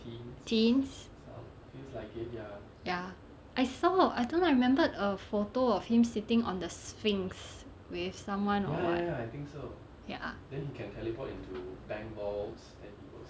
teens ya I saw I don't know I remembered a photo of him sitting on the sphinx with someone or what ya